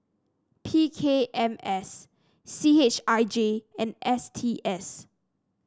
P K M S C H I J and S T S